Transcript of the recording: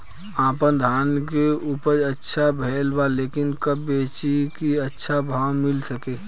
आपनधान के उपज अच्छा भेल बा लेकिन कब बेची कि अच्छा भाव मिल सके?